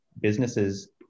businesses